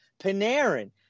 Panarin